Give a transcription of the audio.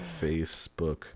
Facebook